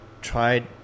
tried